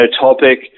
topic